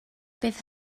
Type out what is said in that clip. bydd